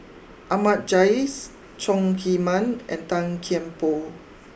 Ahmad Jais Chong Heman and Tan Kian Por